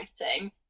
writing